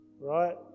right